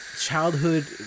childhood